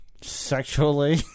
Sexually